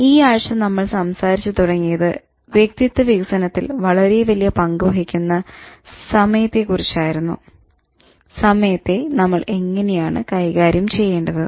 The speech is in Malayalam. ഈ ആഴ്ച നമ്മൾ സംസാരിച്ച് തുടങ്ങിയത് വ്യക്തിത്വ വികസനത്തിൽ വളരെ വലിയ പങ്ക് വഹിക്കുന്ന സമയത്തെ കുറിച്ചായിരുന്നു സമയത്തെ നമ്മൾ എങ്ങനെയാണ് കൈകാര്യം ചെയ്യേണ്ടത്